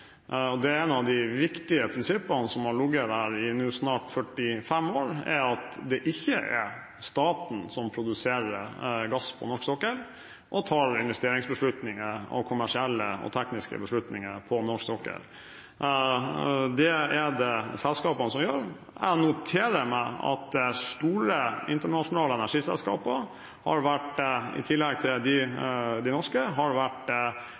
av de viktige prinsippene, som har ligget til grunn i snart 45 år, er at det ikke er staten som produserer gass på norsk sokkel, eller som tar investeringsbeslutninger, kommersielle beslutninger og tekniske beslutninger på norsk sokkel. Det gjør selskapene. Jeg noterer meg at store, internasjonale energiselskaper – i tillegg til de norske – har vært